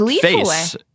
face